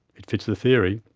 it fits the theory.